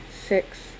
six